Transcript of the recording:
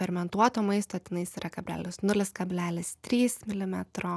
fermentuoto maisto tenais yra kablelis nulis kablelis trys milimetro